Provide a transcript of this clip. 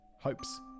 hopes